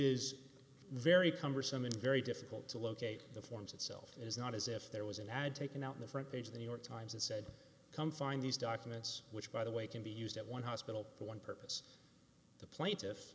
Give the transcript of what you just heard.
is very cumbersome and very difficult to locate the forms itself is not as if there was an ad taken out in the front page of the new york times and said come find these documents which by the way can be used at one hospital for one purpose the pla